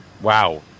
Wow